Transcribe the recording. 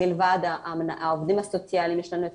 מלבד העובדים הסוציאליים יש לנו את